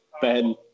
ben